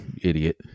idiot